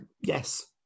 yes